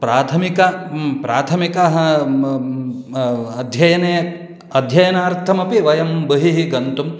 प्राथमिक प्राथमिक अध्ययने अध्ययनार्थमपि वयं बहिः गन्तुम्